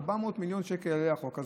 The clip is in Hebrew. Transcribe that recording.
400 מיליון שקל יעלה החוק הזה,